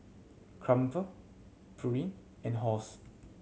Crumpler Pureen and Halls